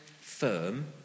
firm